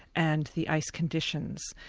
and the ice conditions.